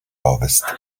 ovest